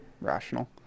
Rational